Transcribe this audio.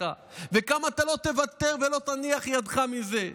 לך וכמה אתה לא תוותר ולא תניח ידך מזה.